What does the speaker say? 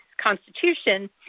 constitution